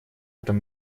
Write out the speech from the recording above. этом